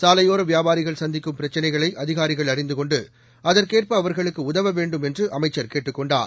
சாலையோர வியாபாரிகள் சந்திக்கும் பிரச்சினைகளை அதிகாரிகள் அறிந்து கொண்டு அதற்கேற்ப அவர்களுக்கு உதவ வேண்டும் என்று அமைச்சர் கேட்டுக் கொண்டார்